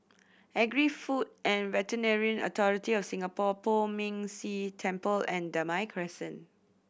Agri Food and Veterinary Authority of Singapore Poh Ming Tse Temple and Damai Crescent